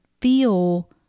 feel